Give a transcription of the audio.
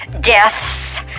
deaths